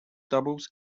doubles